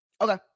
Okay